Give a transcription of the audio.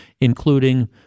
including